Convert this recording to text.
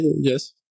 Yes